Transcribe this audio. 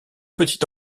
petit